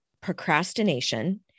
procrastination